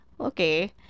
okay